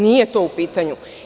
Nije to u pitanju.